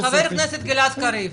חבר הכנסת גלעד קריב,